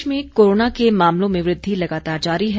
प्रदेश में कोरोना के मामलों में वृद्धि लगातार जारी है